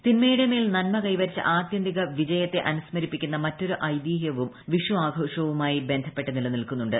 തിന്മയുടെ മേൽ നന്മ കൈവരിച്ച ആതൃന്തികവിജയത്തെ അനുസ്മരിക്കുന്ന മറ്റൊരു ഐതിഹൃവും ആഘോഷവുമായി ബന്ധപ്പെട്ട് നിലനിൽക്കുന്നുണ്ട്